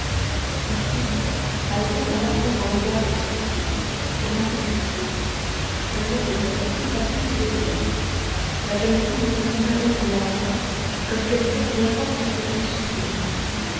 ici haydée arrêta son regard expressif sur monte cristo dont l'oeil ne quitta plus ses yeux la jeune fille continua donc lentement comme quelqu'un qui invente ou qui supprime